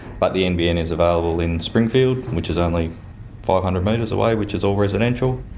but the nbn is available in springfield, which is only five hundred metres away, which is all residential.